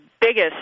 biggest